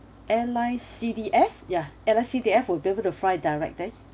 airline C D F ya airline C D F will be able to fly direct there